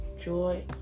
joy